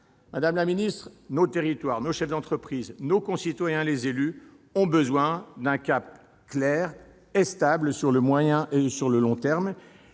Madame la secrétaire d'État, nos territoires, nos chefs d'entreprise, nos concitoyens et les élus ont besoin d'un cap clair et stable à moyen et long terme.